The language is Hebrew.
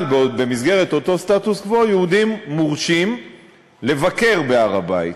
אבל במסגרת אותו סטטוס-קוו יהודים מורשים לבקר בהר-הבית.